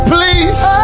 Please